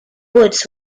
woods